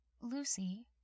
Lucy